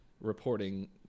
reporting